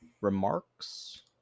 remarks